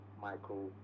Michael